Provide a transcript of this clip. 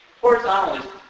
Horizontal